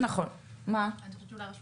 אני מבקשת מרשות